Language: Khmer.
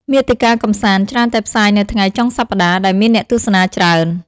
មាតិកាកម្សាន្ត ច្រើនតែផ្សាយនៅថ្ងៃ ចុងសប្តាហ៍ ដែលមានអ្នកទស្សនាច្រើន។